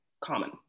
common